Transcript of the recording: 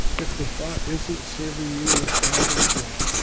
if the thought isn't serving you in a positive way,